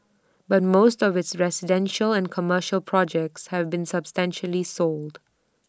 but most of its residential and commercial projects have been substantially sold